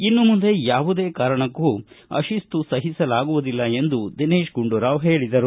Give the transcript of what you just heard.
ಇನ್ನು ಮುಂದೆ ಯಾವುದೇ ಕಾರಣಕ್ಕೂ ಅಶಿಸ್ತು ಸಹಿಸಲಾಗುವುದಿಲ್ಲ ಎಂದು ದಿನೇತ್ ಗುಂಡೂರಾವ್ ಹೇಳಿದರು